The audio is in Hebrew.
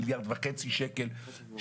מיליארד וחצי שקל,